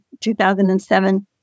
2007